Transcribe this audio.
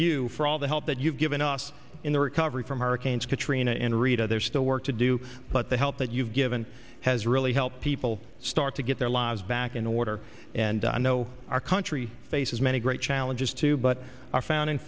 you for all the help that you've given us in the recovery from hurricanes katrina and rita there's still work to do but the help that you've given has really helped people start to get their lives back in order and i know our country faces many great challenges too but our founding